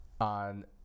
on